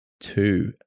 two